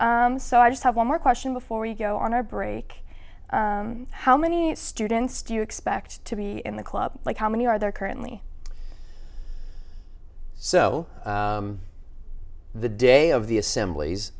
so i just have one more question before you go on our break how many students do you expect to be in the club like how many are there currently so the day of the assemblies